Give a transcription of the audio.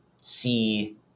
see